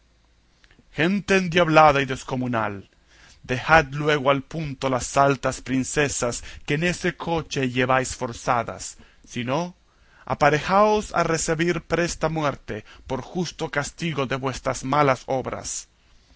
gente endiablada y descomunal dejad luego al punto las altas princesas que en ese coche lleváis forzadas si no aparejaos a recebir presta muerte por justo castigo de vuestras malas obras